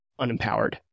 unempowered